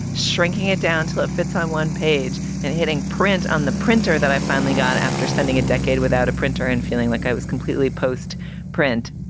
shrinking it down to it fits on one page and hitting print on the printer that i finally got. after spending a decade without a printer and feeling like i was completely post print,